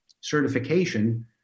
certification